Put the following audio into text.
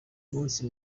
munsi